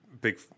big